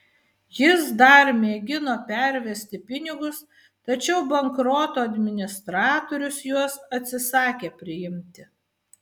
jis dar mėgino pervesti pinigus tačiau bankroto administratorius juos atsisakė priimti